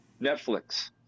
Netflix